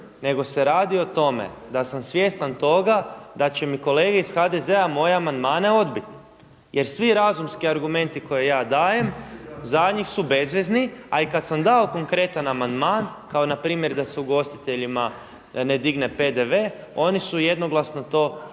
nego se radi o tome da sam svjestan toga da će mi kolege iz HDZ-a moje amandmane odbiti jer svi razumski argumenti koje ja dajem za njih su bezvezni, a i kad sam dao konkretan amandman kao na primjer da se ugostiteljima ne digne PDV oni su jednoglasno to odbacili.